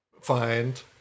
find